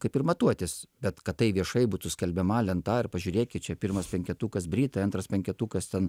kaip ir matuotis bet kad tai viešai būtų skelbiama lenta ir pažiūrėkit čia pirmas penketukas britai antras penketukas ten